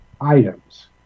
items